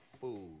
food